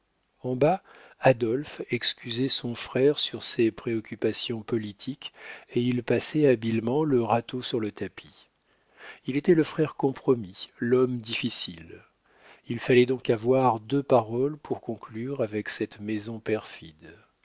en bas adolphe excusait son frère sur ses préoccupations politiques et il passait habilement le râteau sur le tapis il était le frère compromis l'homme difficile il fallait donc avoir deux paroles pour conclure avec cette maison perfide